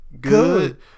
good